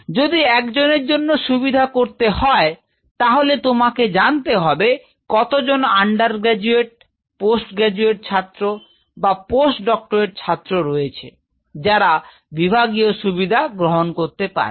যদি একজনের জন্য সুবিধা করতে হয় তাহলে তোমাকে জানতে হবে কতজন আন্ডারগ্রাজুয়েট পোস্ট গ্যাজুয়েট ছাত্র বা পোস্ট ডক্টরেট ছাত্র রয়েছে যারা বিভাগীয় সুবিধা গ্রহণ করতে পারবে